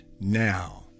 now